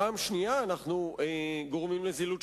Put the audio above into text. אני מפנה את תשומת לבך לכך שיש פה פעמיים זילות של